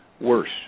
worse